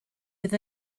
bydd